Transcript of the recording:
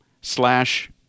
slash